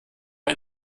ein